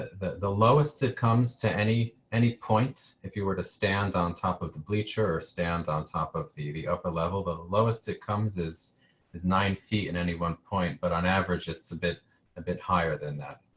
the the lowest it comes to any any point if you were to stand on top of the bleacher stand on top of the the upper level, the lowest. it comes as is nine feet in any one point but on average it's a bit a bit higher than